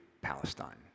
Palestine